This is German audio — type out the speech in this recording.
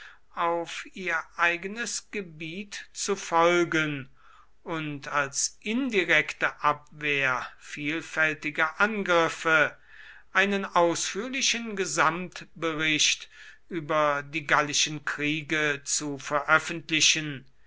auf ihr eigenes gebiet zu folgen und als indirekte abwehr vielfältiger angriffe einen ausführlichen gesamtbericht über die gallischen kriege zu veröffentlichen